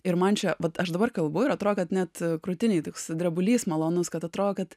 ir man čia vat aš dabar kalbu ir atrodo kad net krūtinėj toks drebulys malonus kad atrodo kad